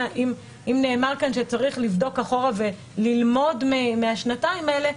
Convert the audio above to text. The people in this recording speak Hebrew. אם נאמר כאן שצריך לבדוק אחורה וללמוד מהשנתיים האלה,